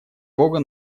бога